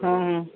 हाँ